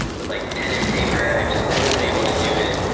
with like pen and paper. i've just never been able to do it.